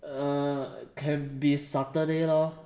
err can be saturday lor